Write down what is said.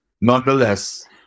nonetheless